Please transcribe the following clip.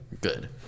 good